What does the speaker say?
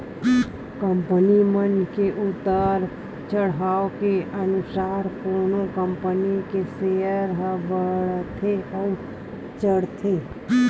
company मन के उतार चड़हाव के अनुसार कोनो कंपनी के सेयर ह बड़थे अउ चढ़थे